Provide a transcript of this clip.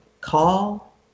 call